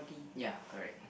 ya correct